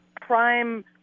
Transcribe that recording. prime